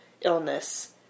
illness